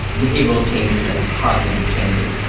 behavioural changes and cognitive changes.